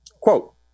Quote